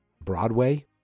Broadway